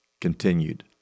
continued